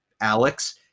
Alex